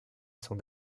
son